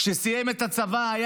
כשהוא סיים את הצבא היה